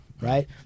right